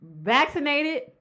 Vaccinated